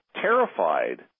terrified